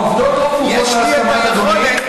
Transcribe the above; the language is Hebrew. העובדות לא כפופות להסכמת אדוני.